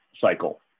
cycle